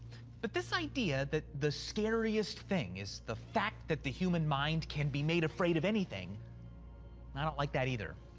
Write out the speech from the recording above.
but this idea that the scariest thing is the fact that the human mind can be made afraid of anything i don't like that, either.